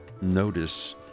notice